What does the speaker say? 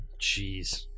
Jeez